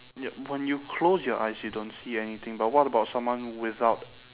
yup when you close your eyes you don't see anything but what about someone without